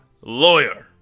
lawyer